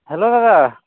hello ᱫᱟᱫᱟ